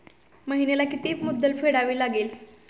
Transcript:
महिन्याला किती मुद्दल फेडावी लागेल?